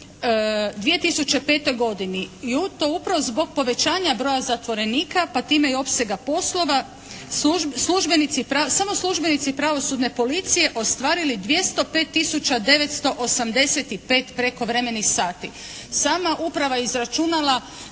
2005. godini i to upravo zbog povećanja broja zatvorenika pa time i opsega poslova službenici, samo službenici pravosudne policije ostvarili 205 tisuća 985 prekovremenih sati. Sama uprava je izračunala